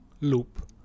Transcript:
loop